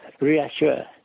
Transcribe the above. reassure